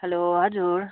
हलो हजुर